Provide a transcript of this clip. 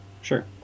sure